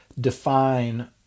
define